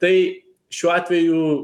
tai šiuo atveju